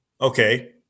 Okay